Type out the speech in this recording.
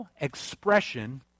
expression